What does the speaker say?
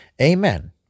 Amen